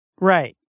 Right